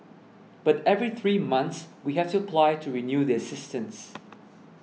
but every three months we have to apply to renew the assistance